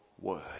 word